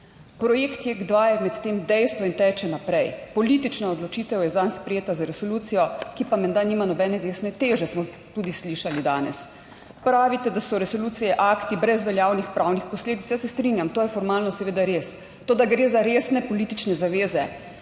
Projekt Jek 2 je med tem dejstvo in teče naprej. Politična odločitev je zanj sprejeta z resolucijo, ki pa menda nima nobene resne teže, smo tudi slišali danes. Pravite, da so resolucije akti brez veljavnih pravnih posledic. Jaz se strinjam, to je formalno seveda res to, da gre za resne politične zaveze.